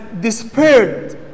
despaired